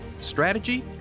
strategy